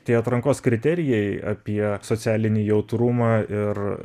tie atrankos kriterijai apie socialinį jautrumą ir